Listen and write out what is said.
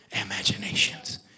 imaginations